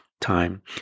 time